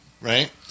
right